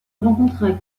rencontra